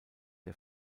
der